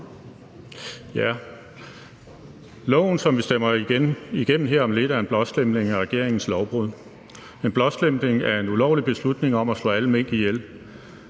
godt. Loven, som vi stemmer igennem her om lidt, er en blåstempling af regeringens lovbrud, en blåstempling af en ulovlig beslutning om at slå alle mink ihjel.